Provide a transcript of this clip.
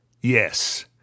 Yes